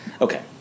Okay